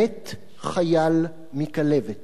מת חייל מכלבת.